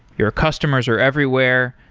your customers are everywhere.